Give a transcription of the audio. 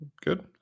good